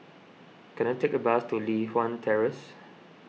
can I take a bus to Li Hwan Terrace